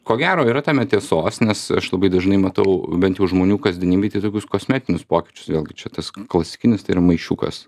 ko gero yra tame tiesos nes aš labai dažnai matau bent jau žmonių kasdienybėj tai tokius kosmetinius pokyčius vėlgi čia tas klasikinis tai yra maišiukas